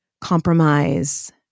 compromise